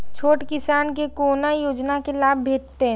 छोट किसान के कोना योजना के लाभ भेटते?